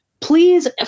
Please